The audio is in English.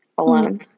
alone